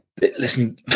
listen